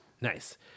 Nice